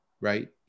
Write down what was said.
right